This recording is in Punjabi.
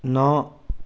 ਨਾ